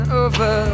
over